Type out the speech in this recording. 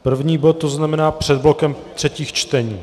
První bod, to znamená před blokem třetích čtení.